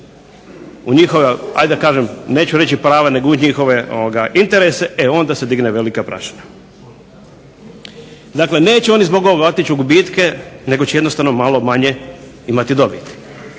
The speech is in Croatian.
u njihove, neću reći prava nego u njihove interese e onda se digne velika prašina. Dakle, neće oni zbog ovoga otići u gubitke nego će jednostavno malo manje imati dobiti.